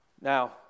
Now